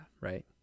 right